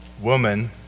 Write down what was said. woman